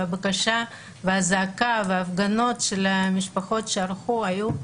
והבקשה והזעקה וההפגנות של המשפחות היו: